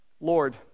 Lord